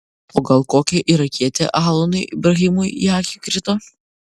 o gal kokia irakietė alanui ibrahimui į akį krito